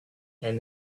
and